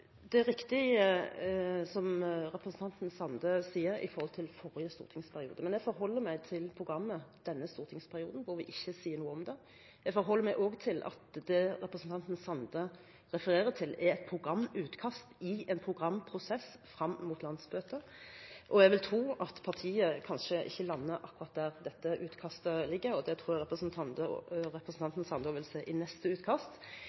Det er riktig det representanten Sande sier om forrige stortingsperiode. Men jeg forholder meg til programmet for denne stortingsperioden, hvor vi ikke sier noe om det. Jeg forholder meg også til at det representanten Sande refererer til, er et programutkast i en programprosess frem mot et landsmøte. Jeg vil tro at partiet kanskje ikke lander akkurat der dette utkastet ligger. Det tror jeg representanten Sande vil se av neste utkast.